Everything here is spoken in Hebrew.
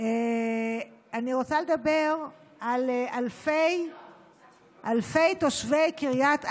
אני רוצה לדבר על אלפי תושבי קריית ארבע,